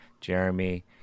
Jeremy